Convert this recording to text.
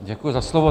Děkuji za slovo.